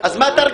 לא.